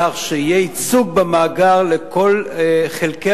ונוכל לדאוג לכך שיהיה ייצוג במאגר לכל חלקי